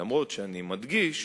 אף-על-פי שאני מדגיש